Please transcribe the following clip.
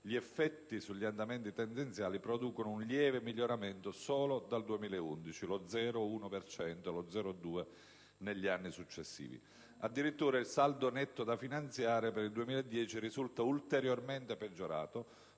gli effetti sugli andamenti tendenziali producono un lieve miglioramento solo dal 2011 (lo 0,1 per cento, lo 0,2 negli anni successivi). Addirittura il saldo netto da finanziare per il 2010 risulta ulteriormente peggiorato,